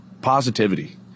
positivity